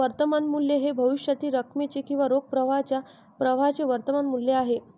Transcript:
वर्तमान मूल्य हे भविष्यातील रकमेचे किंवा रोख प्रवाहाच्या प्रवाहाचे वर्तमान मूल्य आहे